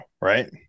Right